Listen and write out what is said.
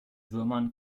würmern